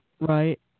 right